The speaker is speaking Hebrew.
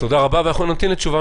תודה רבה, אנחנו נמתין לתשובה.